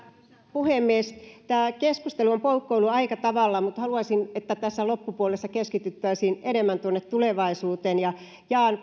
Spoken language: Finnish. puhemies tämä keskustelu on poukkoillut aika tavalla mutta haluaisin että tässä loppupuolessa keskityttäisiin enemmän tuonne tulevaisuuteen jaan